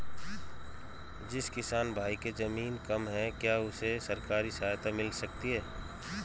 जिस किसान भाई के ज़मीन कम है क्या उसे सरकारी सहायता मिल सकती है?